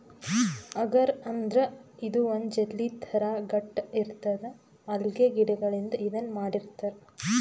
ಅಗರ್ ಅಂದ್ರ ಇದು ಒಂದ್ ಜೆಲ್ಲಿ ಥರಾ ಗಟ್ಟ್ ಇರ್ತದ್ ಅಲ್ಗೆ ಗಿಡಗಳಿಂದ್ ಇದನ್ನ್ ಮಾಡಿರ್ತರ್